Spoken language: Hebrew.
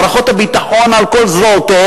מערכות הביטחון על כל זרועותיהן